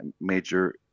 major